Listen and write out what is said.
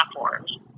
platforms